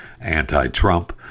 anti-trump